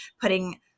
putting